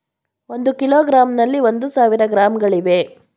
ಒಂದು ಕಿಲೋಗ್ರಾಂನಲ್ಲಿ ಒಂದು ಸಾವಿರ ಗ್ರಾಂಗಳಿವೆ